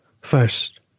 First